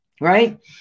right